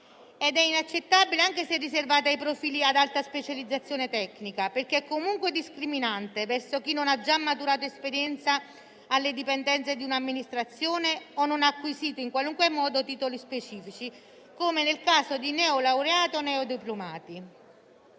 è inaccettabile. E lo è anche se riservata ai profili di alta specializzazione tecnica, perché è comunque discriminante verso chi non ha già maturato esperienza alle dipendenze di un'amministrazione o non ha acquisito in qualunque modo titoli specifici, come nel caso di neolaureati o neodiplomati.